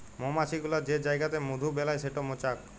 মমাছি গুলা যে জাইগাতে মধু বেলায় সেট মচাক